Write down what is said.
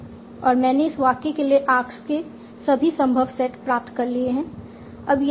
और मैंने इस वाक्य के लिए आर्क्स के सभी संभव सेट प्राप्त कर लिए हैं